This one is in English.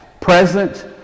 present